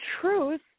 truth